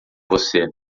você